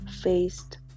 faced